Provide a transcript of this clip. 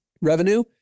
revenue